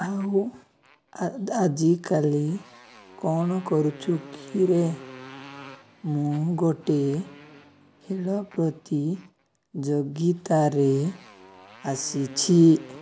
ଆଉ ଆଜିକାଲି କ'ଣ କରୁଛୁ କିରେ ମୁଁ ଗୋଟେ ଖେଳ ପ୍ରତିଯୋଗିତାରେ ଆସିଛି